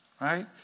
right